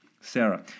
Sarah